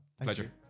Pleasure